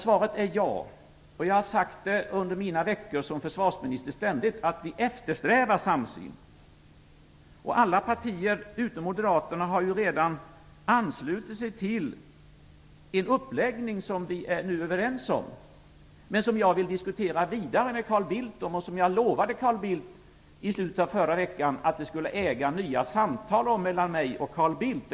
Svaret är ja. Under mina veckor som försvarsminister har jag ständigt sagt att vi eftersträvar samsyn. Alla partier, utom moderaterna, har ju redan anslutit sig till den uppläggning som vi nu är överens om, men som jag vill diskutera vidare med Carl Bildt. Jag lovade Carl Bildt i slutet av förra veckan att det skulle äga rum nya samtal mellan honom och mig.